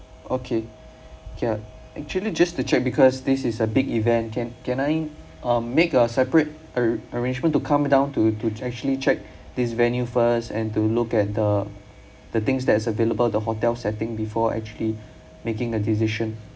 okay ya actually just to check because this is a big event can can I um make a separate arr~ arrangement to come down to to actually check this venue first and to look at the the things that is available the hotel setting before actually making a decision